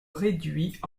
réduit